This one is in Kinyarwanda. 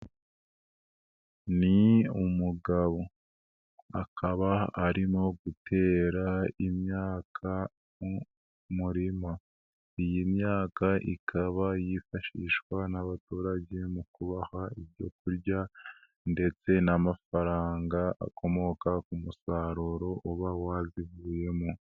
Ni umugabo akaba arimo gutera imyaka mu murima, iyi myaka ikaba yifashishwa n'abaturage mu kubaha ibyo kurya ndetse n'amafaranga akomoka ku musaruro uba wabivuyemo.